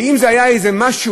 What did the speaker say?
ואם זה היה איזה משהו